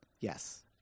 Yes